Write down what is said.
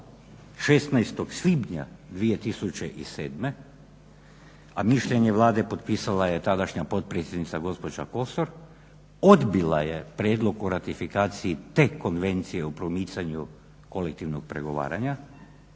16. svibnja 2007., a mišljenje Vlade potpisala je tadašnja potpredsjednica gospođa Kosor, odbila je prijedlog o ratifikaciji te konvencije o promicanju kolektivnog pregovaranja.